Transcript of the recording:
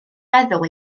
meddwl